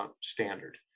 standard